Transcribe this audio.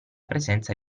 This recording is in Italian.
presenza